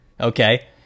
Okay